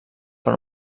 per